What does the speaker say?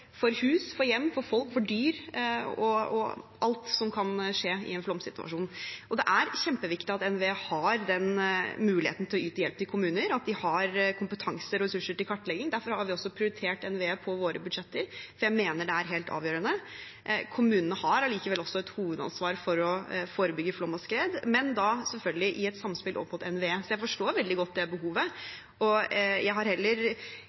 hus, hjem, folk, dyr og alt som kan skje i en flomsituasjon. Det er kjempeviktig at NVE har den muligheten til å yte hjelp til kommuner, at de har kompetanse og ressurser til kartlegging. Derfor har vi også prioritert NVE i våre budsjetter, for jeg mener det er helt avgjørende. Kommunene har allikevel et hovedansvar for å forebygge flom og skred, men da selvfølgelig i et samspill med NVE. Jeg forstår veldig godt det behovet. Jeg har heller